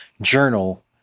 journal